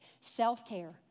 Self-care